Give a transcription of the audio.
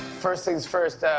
first things first,